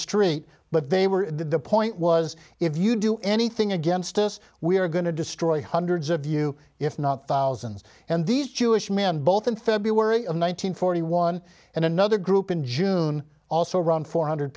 street but they were the point was if you do anything against us we are going to destroy hundreds of you if not thousands and these jewish men both in february of one nine hundred forty one and another group in june also around four hundred